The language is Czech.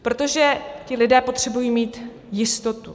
Protože ti lidé potřebují mít jistotu.